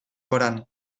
corán